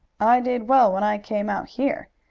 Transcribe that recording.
i did well when i came out here,